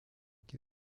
qui